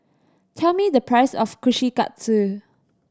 tell me the price of Kushikatsu